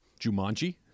jumanji